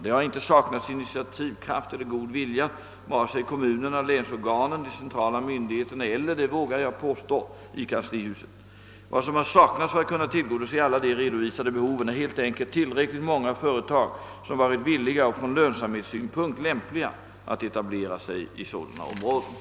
Det har inte saknats initiativkraft eller god vilja i vare sig kommunerna, länsorganen, de centrala myndigheterna eller — det vågar jag påstå — kanslihuset. Vad som har saknats för att kunna tillgodose alla de redovisade behoven är helt enkelt tillräckligt många företag som varit villiga och från lönsamhetssynpunkt lämpliga att etablera sig i sådana områden.